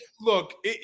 Look